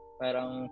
parang